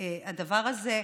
הדבר הזה,